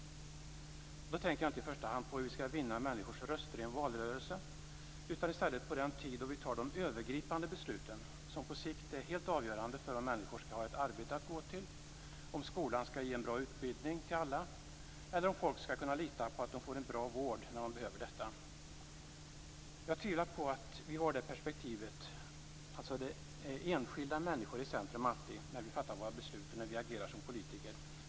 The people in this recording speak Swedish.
Jag tänker inte i första hand på hur vi skall vinna människors röster i en valrörelse utan i stället på den tid då vi fattar de övergripande beslut som på sikt är helt avgörande för om människor skall ha ett arbete att gå till, om skolan skall ge en bra utbildning till alla eller om folk skall kunna lita på att de får en bra vård när de behöver det. Jag tvivlar på att vi alltid har det perspektivet, dvs. att enskilda människor ställs i centrum, när vi fattar våra beslut och agerar som politiker.